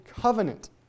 covenant